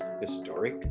Historic